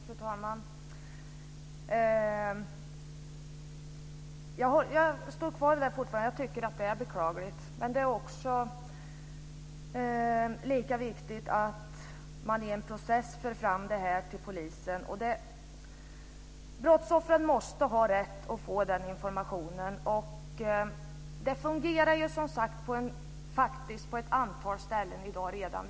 Fru talman! Jag står fortfarande kvar vid att jag tycker att det är beklagligt. Men det är lika viktigt att man i en process för fram det här till polisen. Brottsoffren måste ha rätt att få information. Det fungerar faktiskt redan i dag på ett antal ställen.